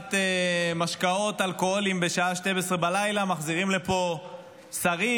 מכירת משקאות אלכוהוליים בשעה 24:00 מחזירים לפה שרים,